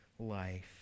life